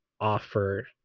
offer